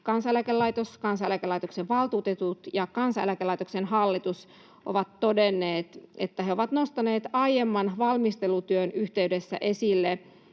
Kansaneläkelaitos, Kansaneläkelaitoksen valtuutetut ja Kansaneläkelaitoksen hallitus ovat todenneet, että he ovat nostaneet aiemman valmistelutyön yhteydessä esille